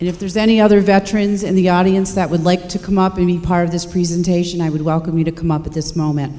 and if there's any other veterans in the audience that would like to come up and be part of this presentation i would welcome you to come up at this moment